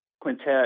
quintet